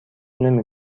نمی